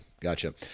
gotcha